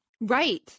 right